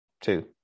two